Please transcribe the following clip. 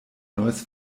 neues